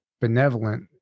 benevolent